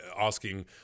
asking